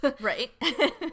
Right